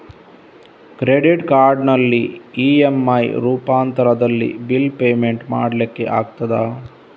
Credit ಕಾರ್ಡಿನಲ್ಲಿ EMI ರೂಪಾಂತರದಲ್ಲಿ bill payment ಮಾಡ್ಲಿಕ್ಕೆ ಆಗ್ತದ?